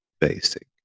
basic